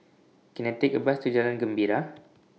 Can I Take A Bus to Jalan Gembira